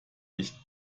nicht